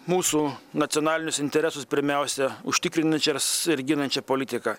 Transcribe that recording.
mūsų nacionalinius interesus pirmiausia užtikrinančias ir ginančią politiką